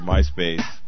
MySpace